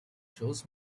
shows